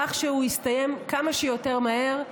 כך שהוא יסתיים כמה שיותר מהר,